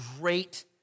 great